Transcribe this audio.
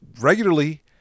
regularly